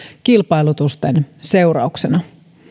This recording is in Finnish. kilpailutusten seurauksena